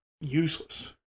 useless